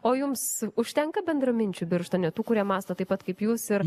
o jums užtenka bendraminčių birštone tų kurie mąsto taip pat kaip jūs ir